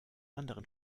anderen